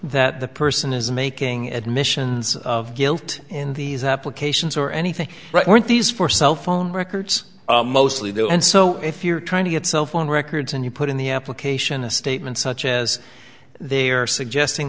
that the person is making admissions of guilt in these applications or anything but weren't these four cell phone records mostly though and so if you're trying to get cell phone records and you put in the application a statement such as they are suggesting